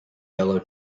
yellow